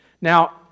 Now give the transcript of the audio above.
Now